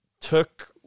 took